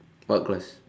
what class